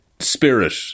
spirit